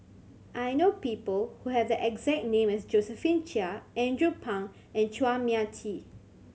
I know people who have the exact name as Josephine Chia Andrew Phang and Chua Mia Tee